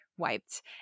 wiped